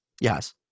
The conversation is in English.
yes